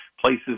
places